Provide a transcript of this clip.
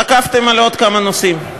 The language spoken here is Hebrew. תקפתם על עוד כמה נושאים.